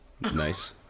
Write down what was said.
Nice